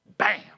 Bam